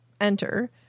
enter